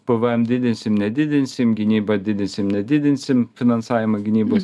pvm didinsim nedidinsim gynybą didinsim nedidinsim finansavimą gynybos